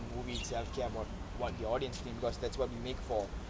the movie itself care about what the audience think because that's what you make